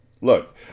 Look